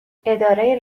اداره